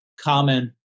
common